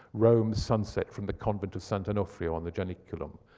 rome sunset from the convent of sant' onofrio on the janiculum.